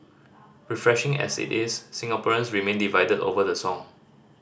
refreshing as it is Singaporeans remain divided over the song